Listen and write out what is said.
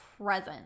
present